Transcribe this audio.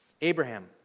Abraham